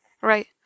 right